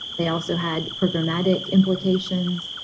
they also had programmatic implications.